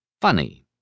funny